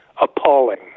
appalling